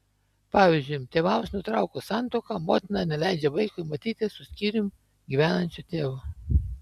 pavyzdžiui tėvams nutraukus santuoką motina neleidžia vaikui matytis su skyrium gyvenančiu tėvu